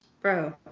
bro